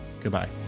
Goodbye